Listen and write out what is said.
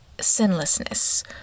sinlessness